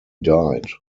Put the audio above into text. died